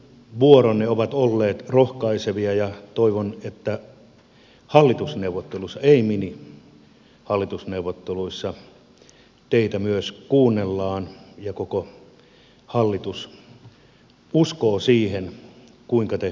puheenvuoronne ovat olleet rohkaisevia ja toivon että hallitusneuvotteluissa ei minihallitusneuvotteluissa teitä myös kuunnellaan ja koko hallitus uskoo siihen kuinka te asioita näette